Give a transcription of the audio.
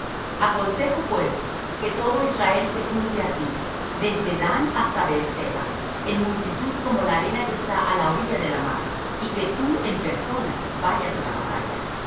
aconsejo pues que todo israel se junte á ti desde dan hasta beerseba en multitud como la arena que está á la orilla de la mar y que tú en persona vayas á la batalla